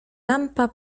lampa